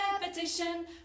repetition